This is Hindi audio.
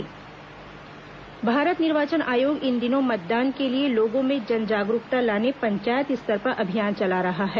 मतदाता जागरूकता कार्यक्रम भारत निर्वाचन आयोग इन दिनों मतदान के लिए लोगों में जन जागरूकता लाने पंचायत स्तर पर अभियान चला रहा है